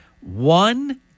one